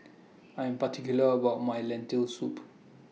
I Am particular about My Lentil Soup